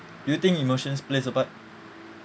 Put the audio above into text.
do you think emotions plays a part